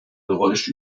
geräusch